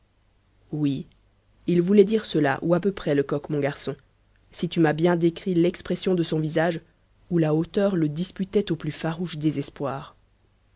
oui il voulait dire cela ou à peu près lecoq mon garçon si tu m'as bien décrit l'expression de son visage où la hauteur le disputait au plus farouche désespoir